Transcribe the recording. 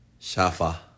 Shafa